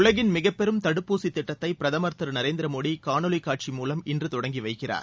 உலகின் மிகப்பெரும் தடுப்பூசி திட்டத்தை பிரதமர் திரு நரேந்திர மோடி காணொலி காட்சி மூலம் இன்று தொடங்கி வைக்கிறார்